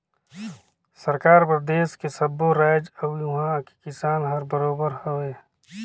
सरकार बर देस के सब्बो रायाज अउ उहां के किसान हर बरोबर हवे